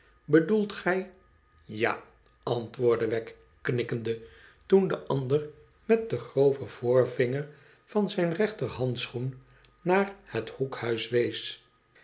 bedoelt gij ija antwoordde wegg knikkende toen de ander met den groven voorvinger van zijn rechterhandschoen naar het hoekhuis wees